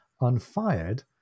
unfired